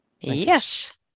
Yes